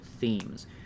themes